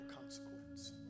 consequence